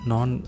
Non